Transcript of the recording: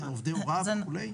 עובדי הוראה וכו'?